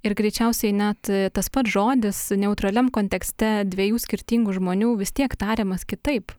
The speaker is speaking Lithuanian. ir greičiausiai net tas pats žodis neutraliam kontekste dviejų skirtingų žmonių vis tiek tariamas kitaip